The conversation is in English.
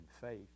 faith